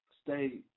stay